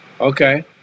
Okay